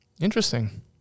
interesting